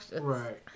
Right